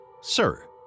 Sir